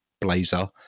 blazer